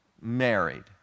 married